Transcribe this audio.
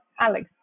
Alex